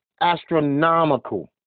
astronomical